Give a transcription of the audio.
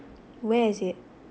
where is it